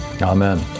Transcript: Amen